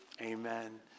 amen